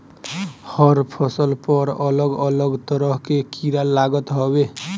हर फसल पर अलग अलग तरह के कीड़ा लागत हवे